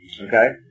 Okay